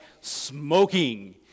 smoking